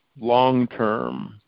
long-term